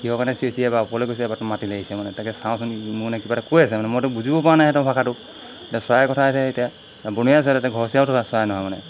কিহৰ কাৰণে চিঞৰিছে এবাৰ ওপৰলৈ গৈছে এবাৰ মাটিলৈ আহিছে মানে তাকে চাওঁচোন মোৰ মানে কিবা এটা কৈ আছে মানে মই বুজিব পৰা নাই সিহঁতৰ ভাষাটো এতিয়া চৰাই কথা এতিয়া এতিয়া বনৰীয়া চৰাই তাতে ঘৰচীয়া চৰাই নহয় মানে